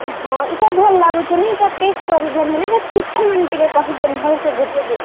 ହଁ ଏଇଟା ଭଲ ଲାଗୁଛି ନି ଏଇଟା ପ୍ୟାକ୍ କରିଦିଅ ନ ହେଲେ ଏଇଟା ଫିଚର୍ମାନ୍ ଟିକେ କହିଦିଅ ଭଲ୍ସେ ବୁଝେଇଦ